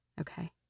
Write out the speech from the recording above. okay